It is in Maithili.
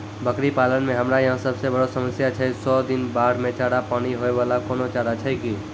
बकरी पालन मे हमरा यहाँ सब से बड़ो समस्या छै सौ दिन बाढ़ मे चारा, पानी मे होय वाला कोनो चारा छै कि?